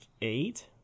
eight